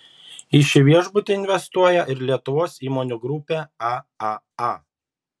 į šį viešbutį investuoja ir lietuvos įmonių grupė aaa